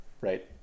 Right